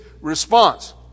response